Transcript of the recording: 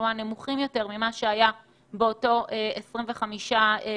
בתחלואה נמוכה יותר מכפי שהיה ב-25 באוגוסט,